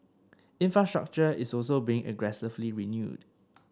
infrastructure is also being aggressively renewed